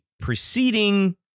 preceding